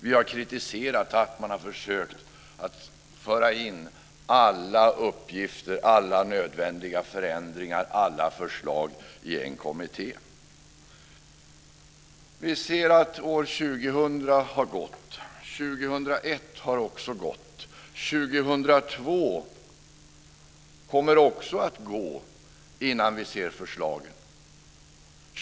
Vi har kritiserat att man har försökt att föra in alla uppgifter, alla nödvändiga förändringar och alla förslag i en kommitté. Vi ser att år 2000 har gått. År 2001 har också gått. År 2002 kommer också att gå innan vi ser förslagen.